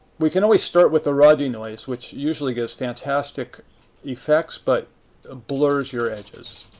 we can always start with the raw denoise, which usually gives fantastic effects, but blurs your edges.